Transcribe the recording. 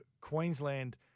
Queensland